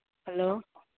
hello